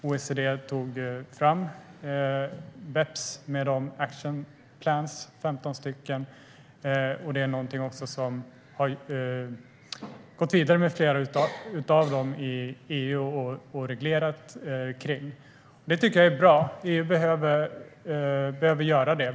OECD tog fram BEPS med 15 action plans, och EU har gått vidare med flera av dem och reglerat. Det är bra. EU behöver göra det.